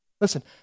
Listen